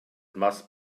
must